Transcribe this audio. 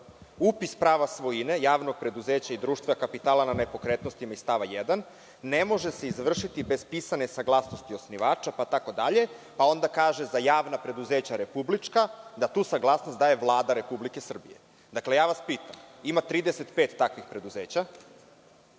„Upis prava svojine javnog preduzeća i društva kapitala na nepokretnostima iz stava 1. ne može se izvršiti bez pisane saglasnosti osnivača itd.“ Onda kaže da za javna preduzeća republička saglasnost daje Vlada Republike Srbije. Dakle, pitam vas, ima 35 takvih preduzeća,